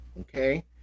Okay